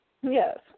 Yes